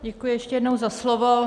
Děkuji ještě jednou za slovo.